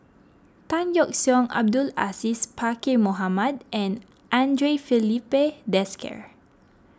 Tan Yeok Seong Abdul Aziz Pakkeer Mohamed and andre Filipe Desker